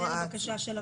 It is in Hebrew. זו הייתה בקשה של הוועדה.